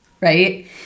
right